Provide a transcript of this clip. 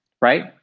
right